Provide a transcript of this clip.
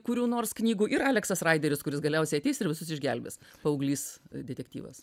kurių nors knygų ir aleksas raideris kuris galiausiai ateis ir visus išgelbės paauglys detektyvas